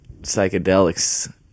psychedelics